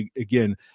Again